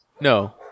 No